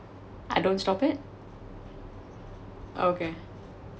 I don't stop it okay